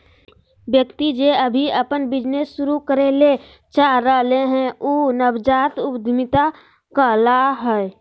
व्यक्ति जे अभी अपन बिजनेस शुरू करे ले चाह रहलय हें उ नवजात उद्यमिता कहला हय